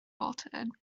bolted